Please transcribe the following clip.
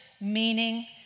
meaning